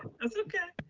that's okay,